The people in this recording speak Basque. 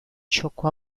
txoko